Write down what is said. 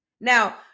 Now